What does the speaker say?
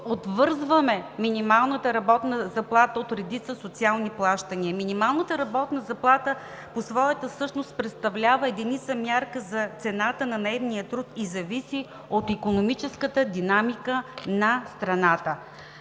отвързваме минималната работна заплата от редица социални плащания. Минималната работна заплата по своята същност представлява единица мярка за цената на наемния труд и зависи от икономическата динамика на страната.